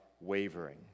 wavering